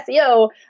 SEO